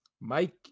Mike